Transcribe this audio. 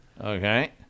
Okay